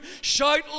Shout